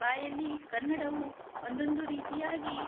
ಬಾಯಲ್ಲಿ ಕನ್ನಡವು ಒಂದೊಂದು ರೀತಿಯಾಗಿ